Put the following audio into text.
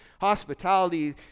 Hospitality